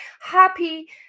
happy